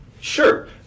Sure